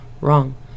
Wrong